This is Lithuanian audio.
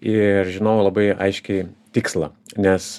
ir žinojau labai aiškiai tikslą nes